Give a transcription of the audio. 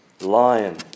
lion